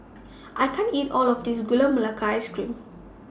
I can't eat All of This Gula Melaka Ice Cream